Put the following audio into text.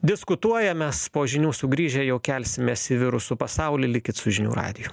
diskutuoja mes po žinių sugrįžę jau kelsimės į virusų pasaulį likit su žinių radiju